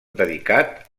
dedicat